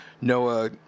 Noah